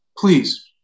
please